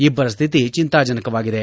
ಇಬ್ಬರ ಸ್ಥಿತಿ ಚಿಂತಾಜನಕವಾಗಿದೆ